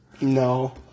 No